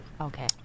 Okay